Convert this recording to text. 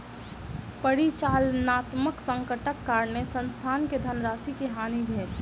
परिचालनात्मक संकटक कारणेँ संस्थान के धनराशि के हानि भेल